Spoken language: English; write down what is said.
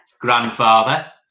grandfather